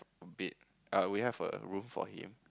bed err we have a room for him